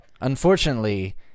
unfortunately